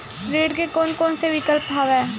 ऋण के कोन कोन से विकल्प हवय?